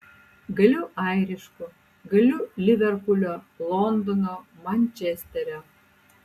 galiu airišku galiu liverpulio londono mančesterio